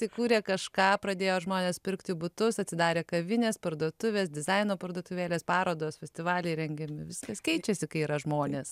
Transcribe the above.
įkūrė kažką pradėjo žmones pirkti butus atsidarė kavinės parduotuvės dizaino parduotuvėlės parodos festivaliai rengiami viskas keičiasi kai yra žmonės